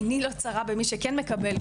עייני לא צרה במי שכן מקבל,